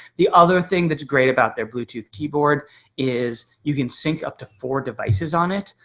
the other thing that's great about their bluetooth keyboard is you can sync up to four devices on it.